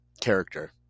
character